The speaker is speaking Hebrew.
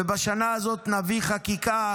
ובשנה הזאת נביא חקיקה